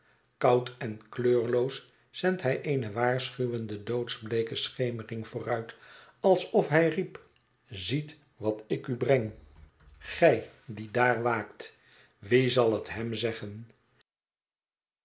koud en kleurloos zendt hij eene waarschuwende doodsbleeke schemering vooruit alsof hij riep ziet wat ik u breng gij die daar waakt wie zal het hem zeggen